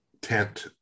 tent